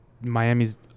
Miami's